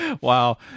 Wow